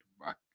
back